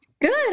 Good